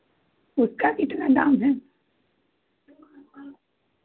उसका कितना दाम है